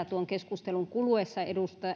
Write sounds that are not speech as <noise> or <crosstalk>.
<unintelligible> tuon keskustelun kuluessa